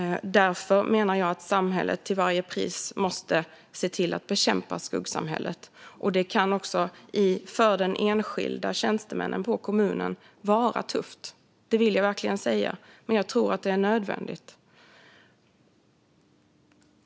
Därför menar jag att samhället till varje pris måste se till att bekämpa skuggsamhället. Det kan för den enskilda tjänstemannen på kommunen vara tufft; det vill jag verkligen säga. Men jag tror att det är nödvändigt.